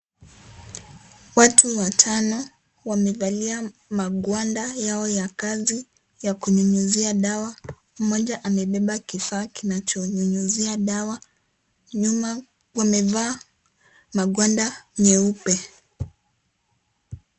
Watu watano wamivalia magwanda yao ya kazi ya kunyunyuzia dawa, mmoja amebeba kifaa kinacho nyunyizia dawa, nyuma wamivaa magwanda nyeupe.